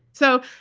so,